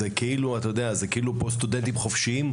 זה כאילו הם סטודנטים חופשיים.